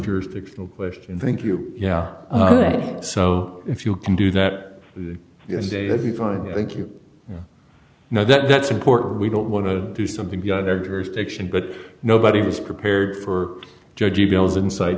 jurisdictional question thank you yeah so if you can do that as a heavy fine i think you know that that's important we don't want to do something beyond their jurisdiction but nobody was prepared for judge e mails inside